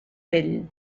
pell